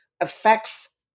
affects